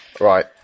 Right